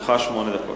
לרשותך שמונה דקות.